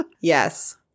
Yes